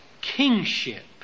kingship